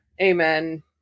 amen